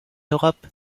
europe